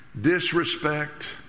disrespect